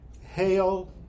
hail